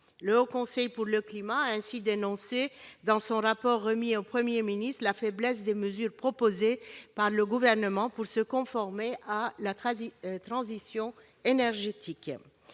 Le Haut Conseil pour le climat a ainsi dénoncé, dans son rapport remis au Premier ministre, la faiblesse des mesures proposées par le Gouvernement pour se conformer à la transition énergétique.